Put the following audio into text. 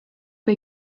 või